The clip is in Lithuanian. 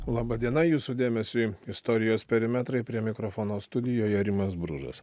laba diena jūsų dėmesiui istorijos perimetrai prie mikrofono studijoje rimas bružas